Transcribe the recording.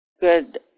good